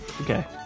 Okay